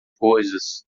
coisas